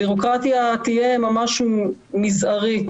הבירוקרטיה תהיה ממש מזערית.